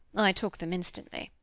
i took them instantly.